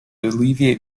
alleviate